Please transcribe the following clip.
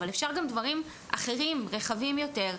אבל אפשר גם דברים אחרים רחבים יותר,